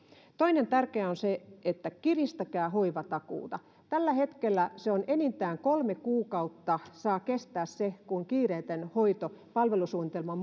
toinen tärkeä on se että kiristäkää hoivatakuuta tällä hetkellä enintään kolme kuukautta saa kestää se kun kiireetön hoito palvelusuunnitelman